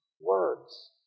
words